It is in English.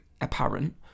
apparent